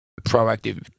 proactive